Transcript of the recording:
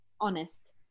honest